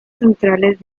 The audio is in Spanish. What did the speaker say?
centrales